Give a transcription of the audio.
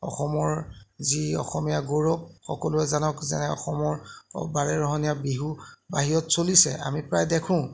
অসমৰ যি অসমীয়া গৌৰৱ সকলোৱে জানক যেনে অসমৰ বাৰে ৰহনীয়া বিহু বাহিৰত চলিছে আমি প্ৰায় দেখোঁ